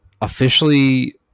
officially